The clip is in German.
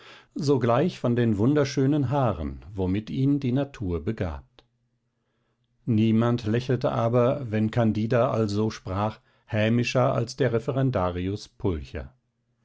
sogleich von den wunderschönen haaren womit ihn die natur begabt niemand lächelte aber wenn candida also sprach hämischer als der referendarius pulcher